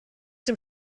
dem